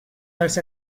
dels